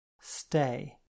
Stay